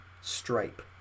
stripe